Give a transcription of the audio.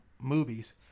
movies